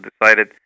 decided